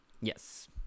yes